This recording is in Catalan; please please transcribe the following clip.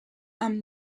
amb